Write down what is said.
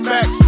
Max